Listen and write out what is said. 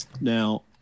Now